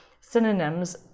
Synonyms